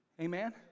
Amen